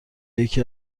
یکی